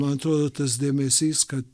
man atrodo tas dėmesys kad